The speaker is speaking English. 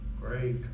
great